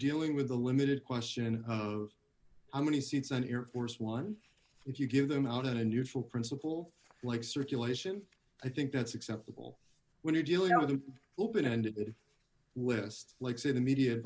dealing with a limited question of how many seats on air force one if you give them out in a neutral principle like circulation i think that's acceptable when you're dealing with an open ended list like say the media